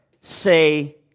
say